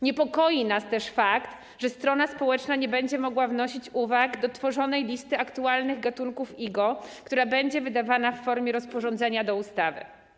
Niepokoi nas też fakt, że strona społeczna nie będzie mogła wnosić uwag do tworzonej listy aktualnych gatunków IGO, która będzie wydawana w formie rozporządzenia do ustawy.